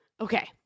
Okay